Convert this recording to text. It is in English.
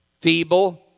feeble